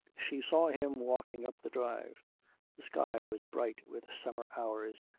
she saw him walking up the drive the sky was bright with summer hours,